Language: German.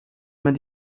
man